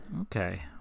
Okay